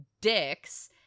dicks